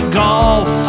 golf